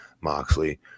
Moxley